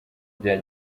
bya